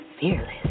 fearless